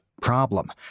problem